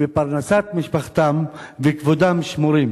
ופרנסת משפחתם וכבודם שמורים.